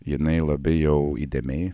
jinai labai jau įdėmiai